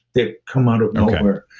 they come out of nowhere.